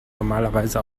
normalerweise